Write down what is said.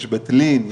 יש בית לין,